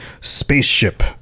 spaceship